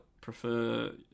prefer